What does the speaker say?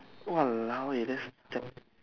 !walao! it is that